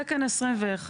תקן 21,